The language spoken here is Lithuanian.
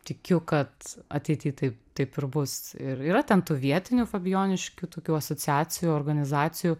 tikiu kad ateity taip taip ir bus ir yra ten tų vietinių fabijoniškių tokių asociacijų organizacijų